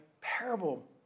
parable